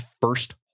first